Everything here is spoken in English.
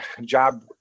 job